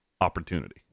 opportunity